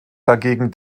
dagegen